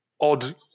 odd